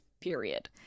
Period